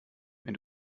wenn